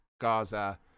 Gaza